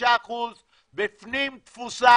35% בפנים תפוסה